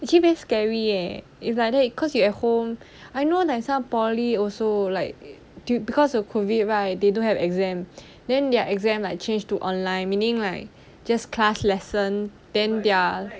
actually very scary leh if like that cause you everyday at home I know like some poly also like do because of COVID right they don't have exam then their exam like change to online meaning like just class lesson then their